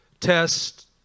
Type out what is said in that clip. test